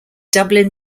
dublin